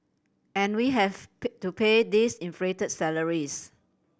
and we have pay to pay these inflated salaries